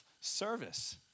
service